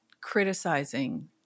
criticizing